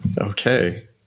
Okay